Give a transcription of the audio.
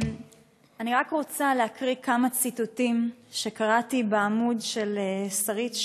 אני רק רוצה להקריא כמה ציטוטים שקראתי בעמוד של שרית שץ,